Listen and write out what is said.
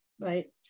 right